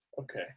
Okay